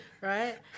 Right